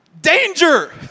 danger